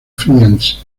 friends